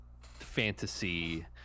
fantasy